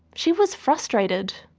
she was frustrated.